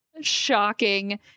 shocking